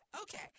Okay